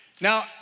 Now